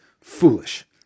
foolish